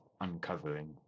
uncovering